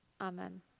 Amen